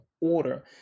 order